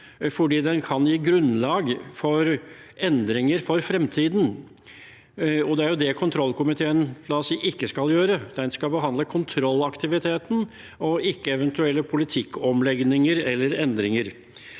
fordi den kan gi grunnlag for endringer for fremtiden. Det er jo det kontrollkomiteen ikke skal gjøre. Den skal behandle kontrollaktiviteten og ikke eventuelle politikkomlegninger eller -endringer.